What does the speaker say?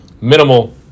minimal